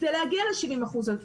כדי להגיע ל-70 אחוזים.